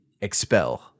expel